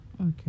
Okay